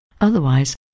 Otherwise